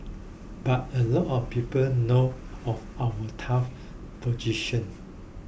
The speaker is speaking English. but a lot of people know of our tough position